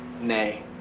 Nay